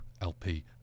LP